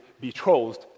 betrothed